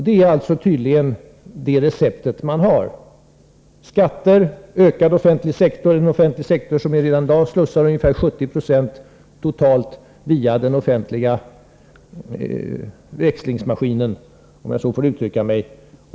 Detta är tydligen det recept man har; skatter, ökad offentlig sektor — en offentlig sektor som redan i dag slussar totalt ca 70 26 via den offentliga växlingsmaskinen, om jag så får uttrycka mig.